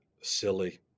silly